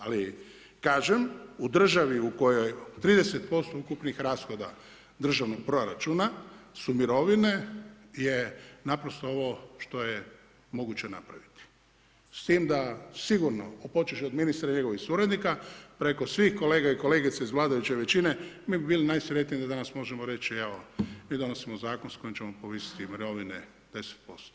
Ali kažem, u državi u kojoj 30% ukupnih rashoda državnog proračuna su mirovine je naprosto ovo što je moguće napraviti s tim da sigurno počevši od ministra i njegovih suradnika, preko svih kolega i kolegica iz vladajuće većine, mi bi bili najsretniji da danas možemo reći evo mi donosimo zakon s kojim ćemo povisiti mirovine 10%